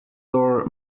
door